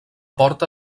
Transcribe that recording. porta